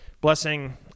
blessing